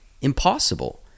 impossible